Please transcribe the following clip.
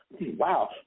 wow